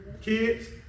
Kids